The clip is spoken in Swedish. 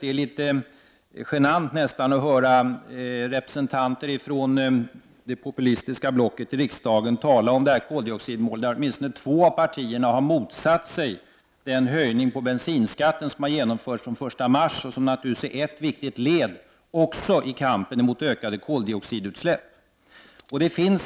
Det är nästan litet genant att höra representanter för det populistiska blocket i riksdagen tala om det här koldioxidmålet, när åtminstone två av partierna har motsatt sig den höjning av bensinskatten som har genomförts den 1 mars och som naturligtvis också är ett viktigt led i kampen mot ökade koldioxidutsläpp.